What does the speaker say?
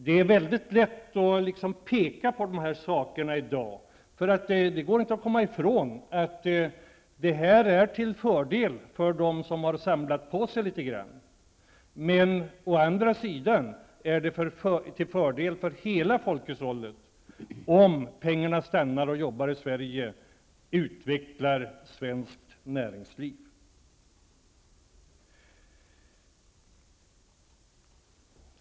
Det är väldigt lätt att peka på de här sakerna i dag, för det går inte att komma ifrån att lättnader i kapitalbeskattningen är till fördel för dem som har samlat på sig litet grand. Men å andra sidan är det till fördel för hela folkhushållet, om pengarna stannar och jobbar i Sverige, utvecklar svenskt näringsliv.